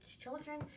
children